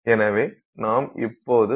எனவே நாம் இப்போது 10 சென்டிமீட்டரிலிருந்து 0